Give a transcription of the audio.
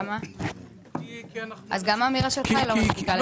אז גם האמירה שלך לא מספיקה.